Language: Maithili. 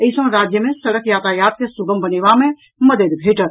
एहि सँ राज्य मे सड़क यातायात के सुगम बनेबा मे मददि भेटत